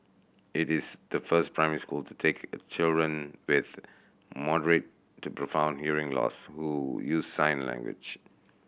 it is the first primary school to take in children with moderate to profound hearing loss who use sign language